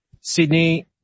Sydney